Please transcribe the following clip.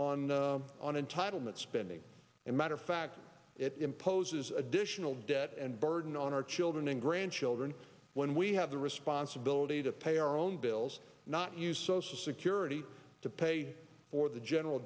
on on entitlement spending and matter of fact it imposes additional debt and burden on our children and grandchildren when we have the responsibility to pay our own bills not use social security to pay for the general